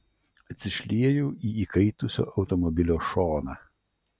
atsišliejau į įkaitusio automobilio šoną